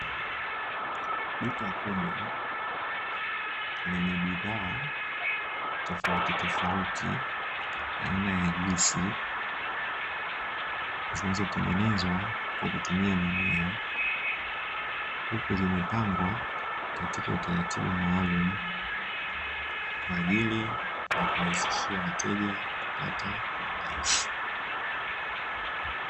Duka kubwa lenye bidhaa tofauti tofauti aina ya juisi, zinazotengenezwa kwa kutumia mimea; huku zimepangwa katika utaratibu maalumu kwa ajili ya kurahisishia wateja kupata kwa urahisi.